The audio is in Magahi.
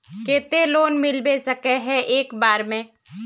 केते लोन मिलबे सके है एक बार में?